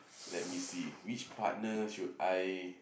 let me see which partner should I